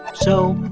and so